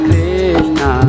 Krishna